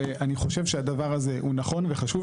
ואני חושב שהדבר הזה הוא נכון וחשוב,